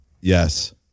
Yes